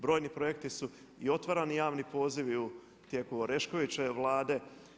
Brojni projekti su i otvarani javni pozivi u tijeku Oreškovićeve vlade.